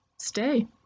Stay